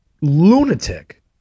lunatic